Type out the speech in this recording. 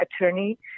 attorney